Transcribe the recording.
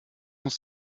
muss